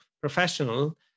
professional